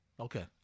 Okay